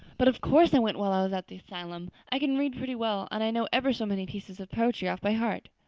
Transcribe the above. but of course i went while i was at the asylum. i can read pretty well and i know ever so many pieces of poetry off by heart